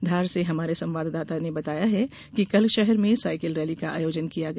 धार से हमारे संवाददाता ने बताया है कि कल शहर में साइकल रैली का आयोजन किया गया